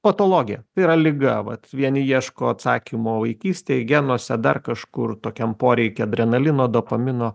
patologija tai yra liga vat vieni ieško atsakymo vaikystėj genuose dar kažkur tokiam poreikiam adrenalino dopamino